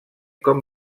com